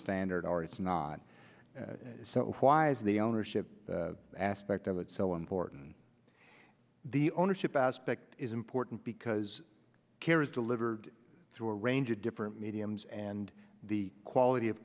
standard or it's not so why is the ownership aspect of it so important the ownership aspect is important because care is delivered through a range of different mediums and the quality of